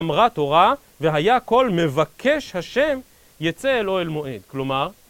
אמרה תורה והיה כל מבקש השם יצא אל אהל מועד, כלומר